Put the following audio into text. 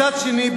מצד שני,